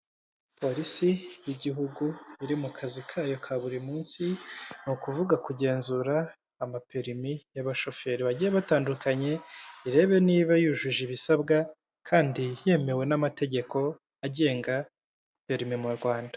Polisi y'igihugu iri mu kazi kayo ka buri munsi ni ukuvuga kugenzura amaperimi y'abashoferi, bagiye batandukanye irebe niba yujuje ibisabwa kandi yemewe n'amategeko agenga perimi mu Rwanda.